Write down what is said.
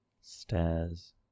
Stairs